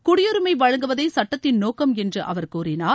குடியுரிமைவழங்குவதே இச்சட்டத்தின் நோக்கம் என்றுஅவர் கூறினார்